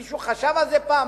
מישהו חשב על זה פעם?